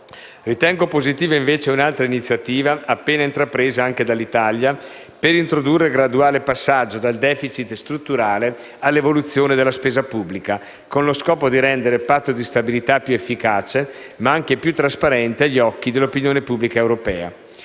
Ritengo positiva invece un'altra iniziativa, appena intrapresa anche dall'Italia, per introdurre il graduale passaggio dal *deficit* strutturale all'evoluzione delle spesa pubblica, con lo scopo di rendere il Patto di stabilità più efficace, ma anche più trasparente agli occhi dell'opinione pubblica europea.